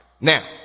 Now